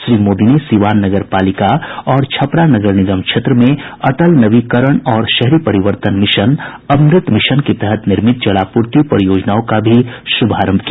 श्री मोदी ने सीवान नगरपालिका और छपरा नगर निगम क्षेत्र में अटल नवीकरण और शहरी परिवर्तन मिशन अमृत मिशन के तहत निर्मित जलापूर्ति परियोजनाओं का भी शुभारंभ किया